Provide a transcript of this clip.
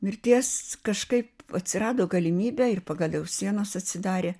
mirties kažkaip atsirado galimybė ir pagaliau sienos atsidarė